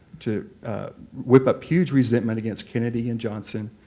to whip up huge resentment against kennedy and johnson.